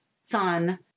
son